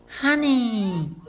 honey